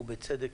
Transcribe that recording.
ובצדק,